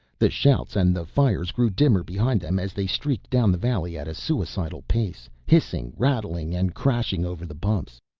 the shouts and the fires grew dimmer behind them as they streaked down the valley at a suicidal pace, hissing, rattling and crashing over the bumps.